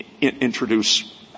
introduce